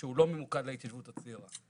שהוא לא ממוקד להתיישבות הצעירה.